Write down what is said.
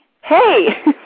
hey